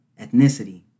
ethnicity